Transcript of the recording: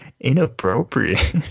inappropriate